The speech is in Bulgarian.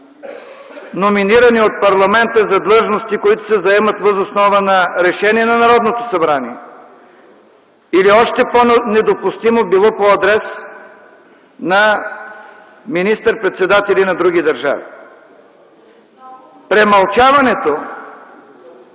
номинирани от парламента за длъжности, които се заемат въз основа на решения на Народното събрание или още по-недопустимо било по адрес на министър-председатели на други държави. Премълчаването